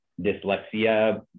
dyslexia